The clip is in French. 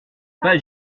pas